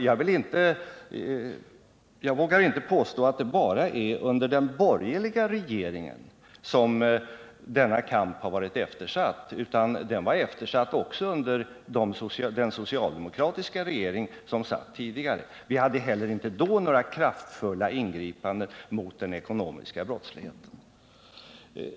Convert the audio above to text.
Jag vågar inte påstå att det bara är under de borgerliga regeringarna som denna kamp varit eftersatt, utan det var den också under den socialdemokratiska regering som satt tidigare. Det gjordes inte heller då några kraftfulla ingripanden mot den ekonomiska brottsligheten.